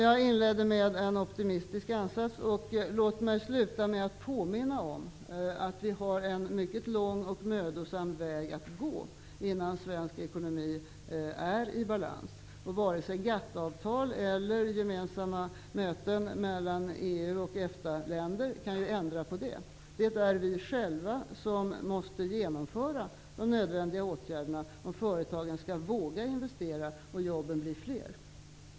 Jag inledde med en optimistisk ansats. Låt mig sluta med att påminna om att vi har en mycket lång och mödosam väg att gå innan svensk ekonomi är i balans. Varken GATT-avtal eller gemensamma möten mellan EU och EFTA länder kan ändra på det. Det är vi själva som måste genomföra de nödvändiga åtgärderna om företagen skall våga investera och jobben bli fler.